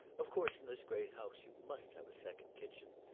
of course in this great house you must have a second kitchen,